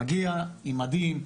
מגיע עם מדים,